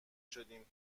شدیم